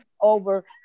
over